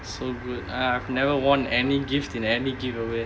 so good I've never won any gift in any giveaway